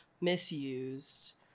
misused